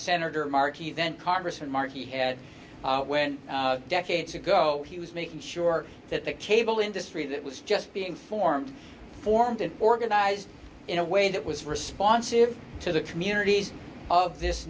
senator markey then congressman markey had when decades ago he was making sure that the cable industry that was just being formed formed and organized in a way that was responsive to the communities of this